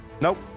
Nope